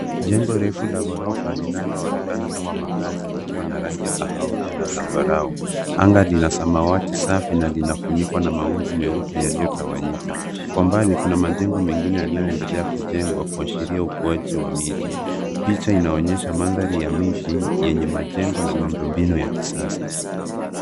Jengo refu la ghorofa linaloonekana kama makazi, likiwa na rangi ya kahawia na zambarau. Anga lina samawati safi na linafunikwa na mawingu meupe, yaliyotawanyika. Kwa mbali kuna majengo mengine yanayoendelea kujengwa, kuashiria ukuaji wa miji. Picha inaonyesha mandhari ya miji, yenye majengo na miundo mbinu ya kisasa.